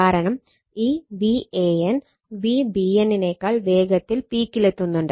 കാരണം ഈ Van Vbn നേക്കാൾ വേഗത്തിൽ പീക്കിലെത്തുന്നുണ്ട്